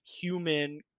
human